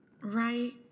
right